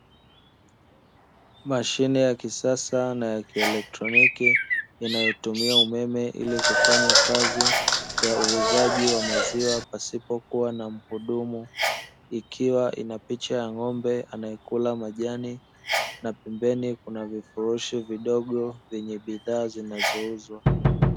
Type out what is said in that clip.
Mashine ya kisasa na ya kielektroniki inayotumia umeme ili kufanyakazi ya uuzaji wa maziwa pasipo kuwa na mhudumu. Ikiwa ina picha ya ng'ombe anayekula majani na pembeni kuna vifurushi vidogo vyenye bidhaa zinazouzwa .